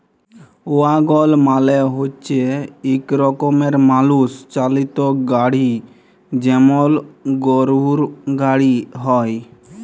ওয়াগল মালে হচ্যে ইক রকমের মালুষ চালিত গাড়হি যেমল গরহুর গাড়হি হয়